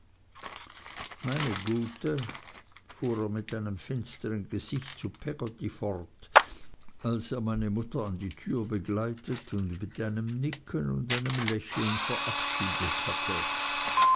meine gute fuhr er mit einem finstern gesicht zu peggotty fort als er meine mutter an die tür begleitet und mit einem nicken und einem lächeln verabschiedet hatte